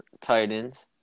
Titans